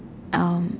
um